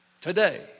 Today